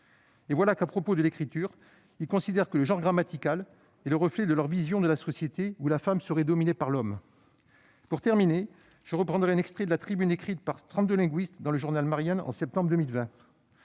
Et voilà que, à propos de l'écriture, ils considèrent que le genre grammatical est le reflet de leur vision de la société, où la femme serait dominée par l'homme. Pour terminer, je reprendrai un extrait de la tribune écrite par trente-deux linguistes dans le journal en septembre 2020